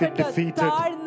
defeated